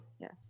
yes